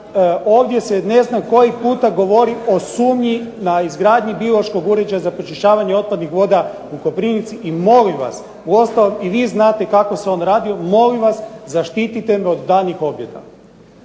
ovdje se ne zna koji puta govori o sumnji na izgradnji biološkog uređaja za pročišćavanje otpadnih voda u Koprivnici. I molim vas, uostalom i vi znate kako se on radio, molim vas zaštitite me od daljnjih objeda.